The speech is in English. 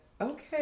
Okay